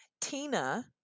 Tina